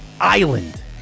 Island